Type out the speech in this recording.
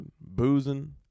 boozing